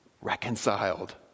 reconciled